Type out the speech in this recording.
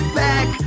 back